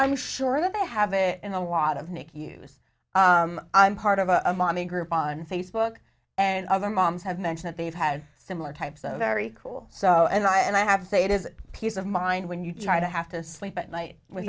i'm sure they have it in a wad of nick use i'm part of a mommy group on facebook and other moms have mention that they've had similar types of very cool so and i and i have to say it is peace of mind when you try to have to sleep at night with